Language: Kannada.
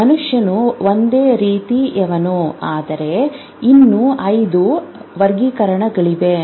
ಮನುಷ್ಯನು ಒಂದು ರೀತಿಯವನು ಆದರೆ ಇನ್ನೂ 5 ವರ್ಗೀಕರಣಗಳಿವೆ